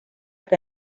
que